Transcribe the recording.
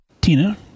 tina